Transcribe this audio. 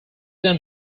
then